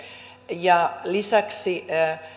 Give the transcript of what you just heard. ja lisäksi